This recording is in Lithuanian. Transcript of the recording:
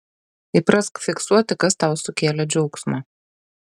įprask fiksuoti kas tau sukėlė džiaugsmo